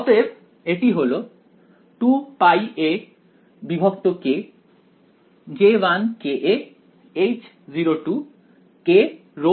অতএব এটি হলো J1H0kρmn